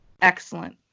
excellent